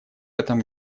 этом